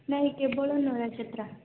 ନାଇଁ କେବଳ ନରାଜ ଯାତ୍ରା